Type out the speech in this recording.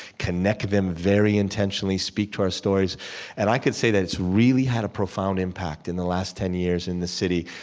connect them very intentionally, speak to our stories and i can say that it's really had a profound impact in the last ten years in this city.